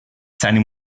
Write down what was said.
seine